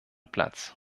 platz